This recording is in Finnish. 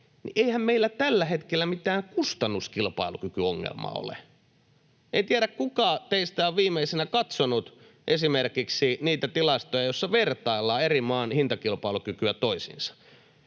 niin eihän meillä tällä hetkellä mitään kustannuskilpailukykyongelmaa ole. En tiedä, kuka teistä on viimeisenä katsonut esimerkiksi niitä tilastoja, joissa vertaillaan eri maiden hintakilpailukykyä toisiinsa.